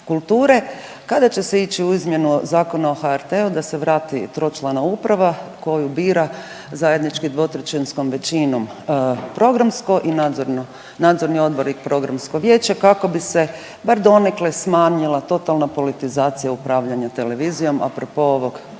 kulture kada će se ići u izmjenu Zakona o HRT-u da se vrati tročlana uprava koju bira zajednički dvotrećinskom većinom programsko i nadzorno, nadzorni odbor i programsko vijeće kako bi se bar donekle smanjila totalna politizacija upravljanja televizijom, a pro po ovog